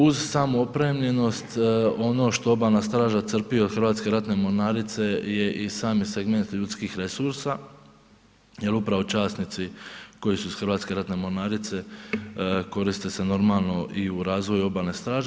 Uz samu opremljenost ono što obalna straža crpi od Hrvatske ratne mornarice je i sami segment ljudskih resursa jer upravo časnici koji su iz Hrvatske ratne mornarice koriste se normalno i u razvoju obalne straže.